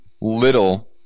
little